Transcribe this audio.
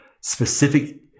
specific